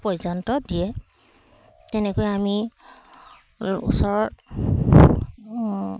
পৰ্যন্ত দিয়ে তেনেকৈ আমি এই ওচৰত